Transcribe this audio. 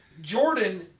Jordan